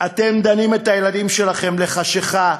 אתם דנים את הילדים שלכם לחשכה,